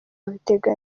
abiteganya